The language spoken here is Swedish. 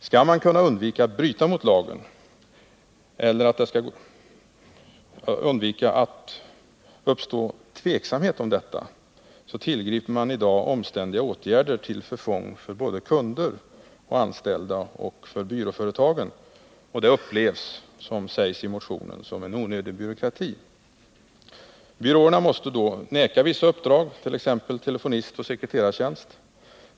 Skall man undvika att bryta mot lagen eller undvika att det uppstår tveksamhet om detta, tillgriper man i dag omständliga åtgärder till förfång för både kunder och anställda och för byråföretagen. Det upplevs, som det sägs i motionen, som en onödig byråkrati. Byråerna måste då vägra att åta sig vissa uppdrag, t.ex. telefonistoch sekreterartjänst.